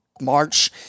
March